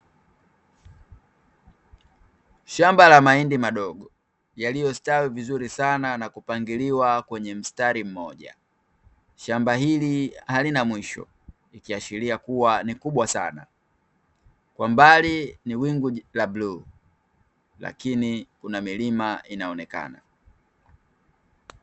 Shamba la mahindi madogo yaliyostawi vizuri sana na kupangiliwa kwenye mstari mmoja. Shamba hili halina mwisho nikiashiria kuwa ni kubwa sana. Kwa mbali ni wingu la bluu lakini kuna milima inaonekana.